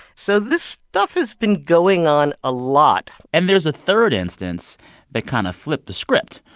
so this stuff has been going on a lot and there's a third instance that kind of flipped the script.